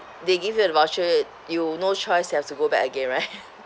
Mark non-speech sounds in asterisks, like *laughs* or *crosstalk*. they give you the voucher you no choice you have to go back again right *laughs*